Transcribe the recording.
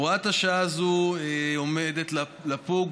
הוראת השעה הזאת עומדת לפוג,